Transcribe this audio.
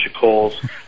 calls